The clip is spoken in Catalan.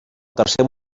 tercer